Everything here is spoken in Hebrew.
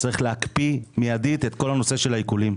צריך להקפיא מיידית את כל הנושא של העיקולים,